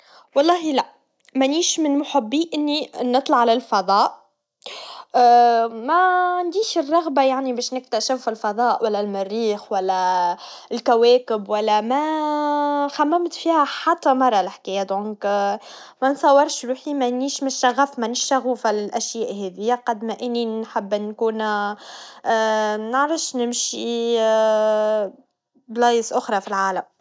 نعم، نحب نسافر للفضاء! الفضول يجذبني، ونحب نشوف الكواكب والنجوم من بعيد. تجربة السفر في الفضاء ستكون مثيرة وستمنحني فرصة لفهم الكون أكثر. فكرة رؤية الأرض من الفضاء تجعلك تحس بحجم الكون وعظمته، وهذا يجعلني أكثر تقديرًا لجمال كوكبنا.